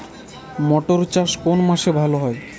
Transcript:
মটর চাষ কোন মাসে ভালো হয়?